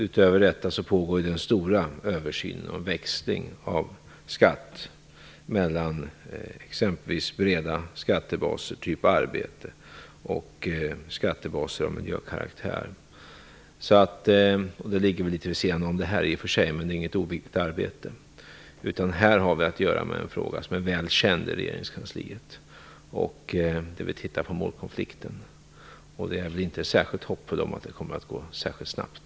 Utöver detta pågår den stora översynen av skatteväxling av breda skattebaser som exempelvis arbete och skattebaser av miljökaraktär. Det ligger i och för sig litet vid sidan om frågan, men det är inte något oviktigt arbete. Här har vi att göra med en fråga som är väl känd i regeringskansliet, där vi tittar på målkonflikten. Jag är inte särskilt hoppfull om att det kommer att gå så snabbt.